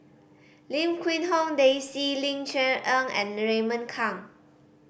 Lim Quee Hong Daisy Ling Cher Eng and Raymond Kang